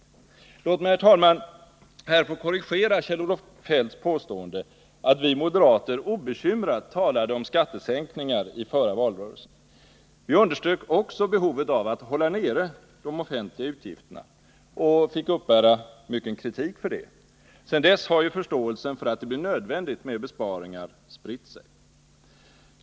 Låt mig, herr talman, här få korrigera Kjell-Olof Feldts påstående att vi moderater obekymrade talade om skattesänkningar i förra valrörelsen. Vi underströk dessutom behovet av att hålla nere de offentliga utgifterna och fick uppbära mycken kritik härför. Sedan dess har förståelsen för att det är nödvändigt med besparingar spritt sig.